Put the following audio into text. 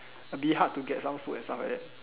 a bit hard to get some food and stuff like that